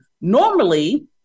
normally